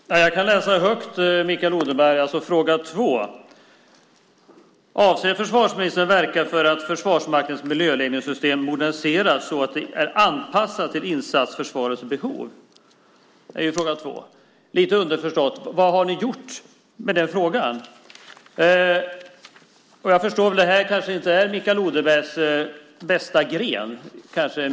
Herr talman! Jag kan läsa högt här när det gäller fråga 2: Avser försvarsministern att verka för att Försvarsmaktens miljöledningssystem moderniseras så att det är anpassat till insatsförsvarets behov? Lite underförstått: Vad har ni gjort när det gäller den frågan? Jag förstår att miljön inom försvaret kanske inte är Mikael Odenbergs bästa gren.